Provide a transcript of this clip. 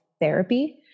therapy